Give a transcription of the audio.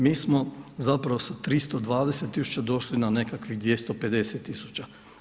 Mi smo zapravo sa 320 tisuća došli na nekakvih 250 tisuća.